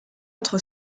entre